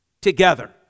together